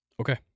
Okay